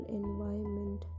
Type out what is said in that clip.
environment